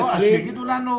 לא, אז שיגידו לנו.